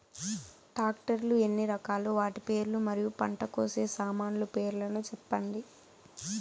Tractor లు ఎన్ని రకాలు? వాటి పేర్లు మరియు పంట కోసే సామాన్లు పేర్లను సెప్పండి?